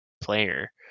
player